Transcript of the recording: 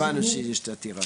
כן אנחנו הבנו שיש את העתירה.